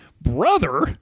brother